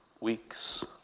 weeks